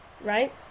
Right